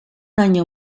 año